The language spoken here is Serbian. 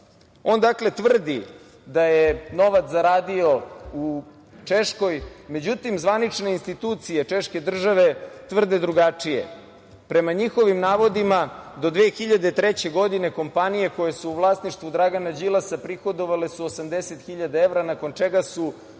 dakle, tvrdi da je novac zaradio u Češkoj. Međutim, zvanične institucije češke države tvrde drugačije. Prema njihovim navodima, do 2003. godine kompanije koje su u vlasništvu Dragana Đilasa prihodovale su 80 hiljada evra, nakon čega su